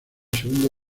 segunda